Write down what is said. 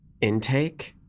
intake